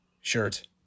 shirt